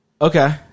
Okay